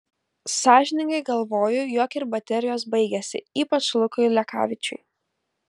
sąžiningai galvoju jog ir baterijos baigėsi ypač lukui lekavičiui